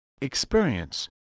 Experience